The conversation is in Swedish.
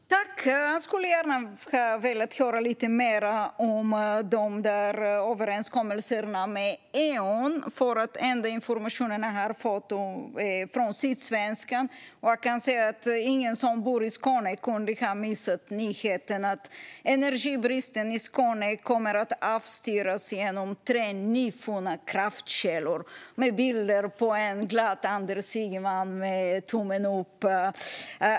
Fru talman! Jag skulle gärna velat höra lite mer om överenskommelserna med Eon. Den enda information jag har fått är från Sydsvenskan. Ingen som bor i Skåne kunde ha missat nyheten att energibristen i Skåne kommer att avstyras genom tre nyfunna kraftkällor med bilder på en glad Anders Ygeman med tummen upp.